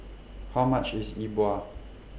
How much IS Yi Bua